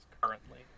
currently